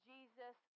Jesus